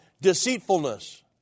deceitfulness